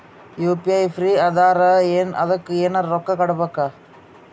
UPI free ಅದಾರಾ ಏನ ಅದಕ್ಕ ಎನೆರ ರೊಕ್ಕ ಕೊಡಬೇಕ?